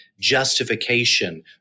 justification